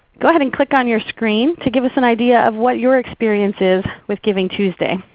go ahead and click on your screen to give us an idea of what your experience is with giving tuesday.